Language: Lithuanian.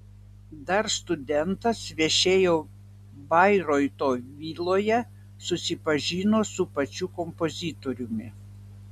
dar studentas viešėjo bairoito viloje susipažino su pačiu kompozitoriumi